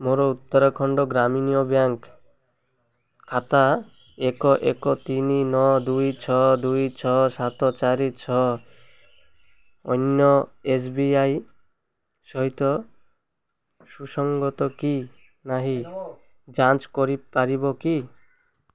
ମୋର ଉତ୍ତରାଖଣ୍ଡ ଗ୍ରାମୀଣ ବ୍ୟାଙ୍କ୍ ଖାତା ଏକ ଏକ ତିନି ନଅ ଦୁଇ ଛଅ ଦୁଇ ଛଅ ସାତ ଚାରି ଛଅ ୟୋନୋ ଏସ୍ ବି ଆଇ ସହିତ ସୁସଙ୍ଗତ କି ନାହିଁ ଯାଞ୍ଚ କରିପାରିବ କି